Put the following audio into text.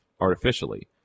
artificially